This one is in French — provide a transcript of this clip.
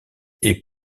est